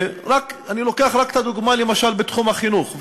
אני לוקח רק את הדוגמה בתחום החינוך,